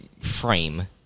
frame